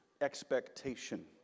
expectation